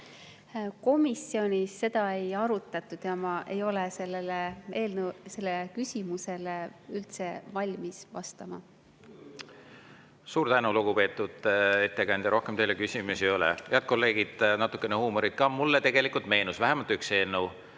Komisjonis seda ei arutatud ja ma ei ole sellele küsimusele üldse valmis vastama. Suur tänu, lugupeetud ettekandja! Rohkem teile küsimusi ei ole. Head kolleegid, natuke huumorit ka. Mulle tegelikult meenus vähemalt üks